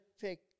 pick